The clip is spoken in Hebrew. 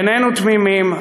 איננו תמימים,